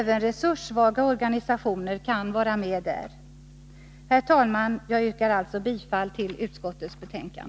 Även resurssvaga organisationer kan vara med där. Herr talman! Jag yrkar alltså bifall till utskottets hemställan.